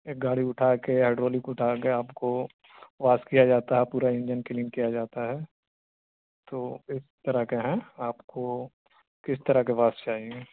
ایک گاڑی اٹھا کے ہیڈرولک اٹھا کے آپ کو واس کیا جاتا ہے پورا انجن کلین کیا جاتا ہے تو اس طرح کے ہیں آپ کو کس طرح کے واس چاہیے